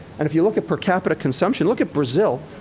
and if you look at per capita consumption, look at brazil.